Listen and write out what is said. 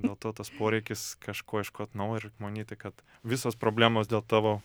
dėl to tas poreikis kažko ieškot naujo reik manyti kad visos problemos dėl tavo